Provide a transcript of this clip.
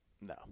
No